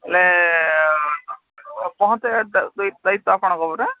ନା ପହଞ୍ଚେ ଯାଇ ଆପଣଙ୍କ ପାଖରେ